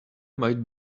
might